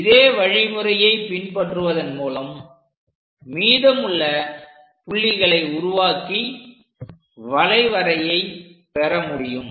இதே வழிமுறையை பின்பற்றுவதன் மூலம் மீதமுள்ள புள்ளிகளை உருவாக்கி வளைவரையை பெறமுடியும்